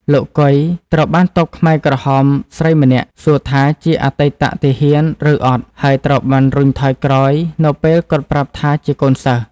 លោក កុយ ត្រូវបានទ័ពខ្មែរក្រហមស្រីម្នាក់សួរថាជាអតីតទាហានឬអត់ ហើយត្រូវបានរុញថយក្រោយនៅពេលគាត់ប្រាប់ថាជាកូនសិស្ស។